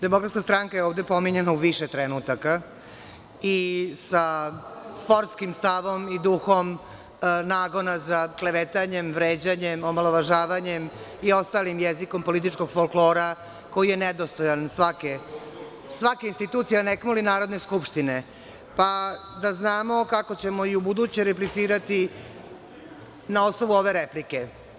Demokratska stranka je ovde pominjana u više trenutaka i sa sportskim stavom i duhom nagona za klevetanjem, vređanjem, omalovažavanjem i ostalim jezikom političkog folklora koji je nedostojan svake institucije, Narodne skupštine, da znamo kako ćemo i ubuduće replicirati na osnovu ove replike.